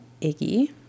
Iggy